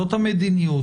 זאת המדיניות,